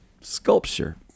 sculpture